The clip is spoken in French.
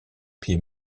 pied